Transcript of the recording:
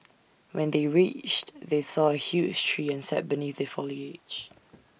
when they reached they saw A huge tree and sat beneath the foliage